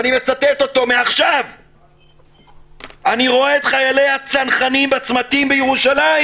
ואני מצטט אותו: "אני רואה את חיילי הצנחנים בצמתים בירושלים,